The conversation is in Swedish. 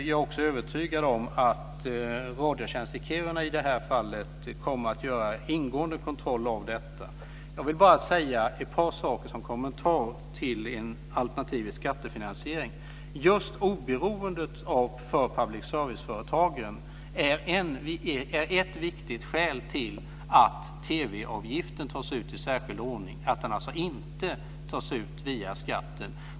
Jag är övertygad om att Radiotjänst i Kiruna kommer att göra ingående kontroller. Jag vill bara säga ett par saker som kommentar till en alternativ skattefinansiering. Oberoendet för public service-företagen är ett viktigt skäl till att TV-avgiften tas ut i särskild ordning och inte via skatten.